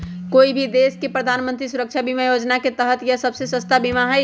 कोई भी देश के प्रधानमंत्री सुरक्षा बीमा योजना के तहत यह सबसे सस्ता बीमा हई